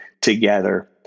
together